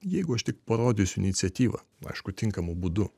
jeigu aš tik parodysiu iniciatyvą aišku tinkamu būdu